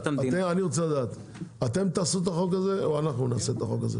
אני רוצה לדעת אתם תעשו את החוק הזה או אנחנו נעשה אותו?